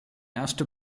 erste